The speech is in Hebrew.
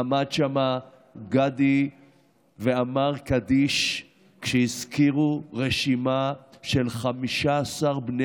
עמד שם גדי ואמר קדיש כשהזכירו רשימה של 15 בני